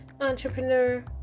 entrepreneur